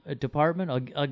department